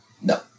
No